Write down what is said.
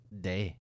day